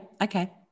Okay